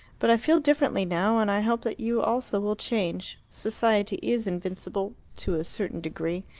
but i feel differently now, and i hope that you also will change. society is invincible to a certain degree.